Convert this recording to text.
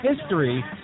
history